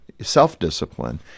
self-discipline